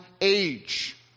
age